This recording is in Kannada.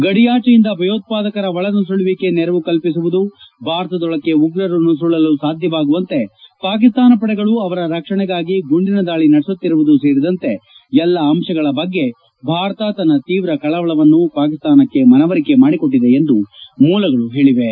ಗಡಿಯಾಜೆಯಿಂದ ಭಯೋತ್ಪಾದಕರ ಒಳನುಸುಳುವಿಕೆಗೆ ನೆರವು ಕಲ್ಪಿಸುವುದು ಭಾರತದೊಳಕ್ಕೆ ಉಗ್ರರು ನುಸುಳಲು ಸಾಧ್ಯವಾಗುವಂತೆ ಪಾಕಿಸ್ತಾನ ಪಡೆಗಳು ಅವರ ರಕ್ಷಣೆಗಾಗಿ ಗುಂಡಿನ ದಾಳಿ ನಡೆಸುತ್ತಿರುವುದೂ ಸೇರಿದಂತೆ ಎಲ್ಲ ಅಂಶಗಳ ಬಗ್ಗೆ ಭಾರತ ತನ್ನ ತೀವ್ರ ಕಳವಳವನ್ನು ಪಾಕಿಸ್ತಾನಕ್ಷೆ ಮನವರಿಕೆ ಮಾಡಿಕೊಟಿದೆ ಎಂದು ಮೂಲಗಳು ಹೇಳಿವೆ